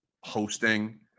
hosting